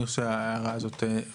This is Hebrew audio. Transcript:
אני חושב שהערה הזאת הובנה.